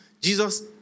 Jesus